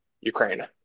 Ukraine